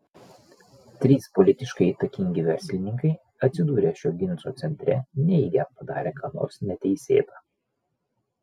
trys politiškai įtakingi verslininkai atsidūrę šio ginčo centre neigia padarę ką nors neteisėta